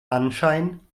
anschein